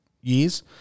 years